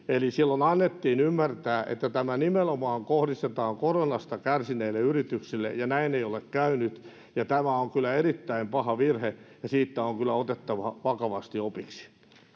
silloin annettiin ymmärtää että tämä nimenomaan kohdistetaan koronasta kärsineille yrityksille ja näin ei ole käynyt tämä on kyllä erittäin paha virhe ja siitä on kyllä otettava vakavasti opiksi